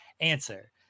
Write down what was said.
answer